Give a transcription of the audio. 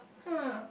!huh!